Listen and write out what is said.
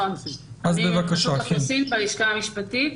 מרשות האוכלוסין בלשכה המשפטית.